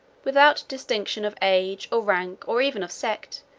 without distinction of age, or rank, or even of sect,